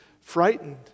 frightened